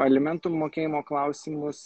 alimentų mokėjimo klausimus